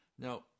Now